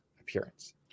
appearance